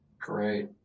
Great